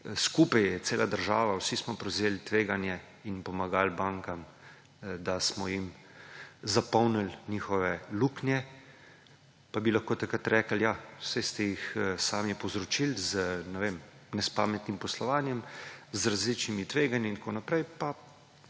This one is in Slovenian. skupaj je cela država, vsi smo prevzel tveganje in pomagal bankam, da smo jim zapolnil njihove luknje, pa bi lahko takrat rekli, ja, saj ste jih sami povzročil z, ne vem, nespametnim poslovanjem, z različnimi tveganji in tako naprej, pa